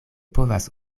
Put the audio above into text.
povas